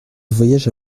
voyage